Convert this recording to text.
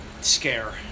scare